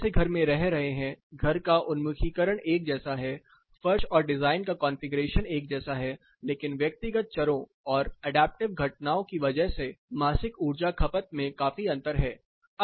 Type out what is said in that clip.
लोग एक जैसे घर में रह रहे हैं घर का उन्मुखीकरण एक जैसा है फर्श और डिजाइन का कॉन्फ़िगरेशन एक जैसा है लेकिन व्यक्तिगत चरों और अडैप्टिव घटनाओं की वजह से मासिक ऊर्जा खपत में काफी अंतर है